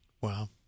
Wow